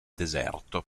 deserto